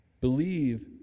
believe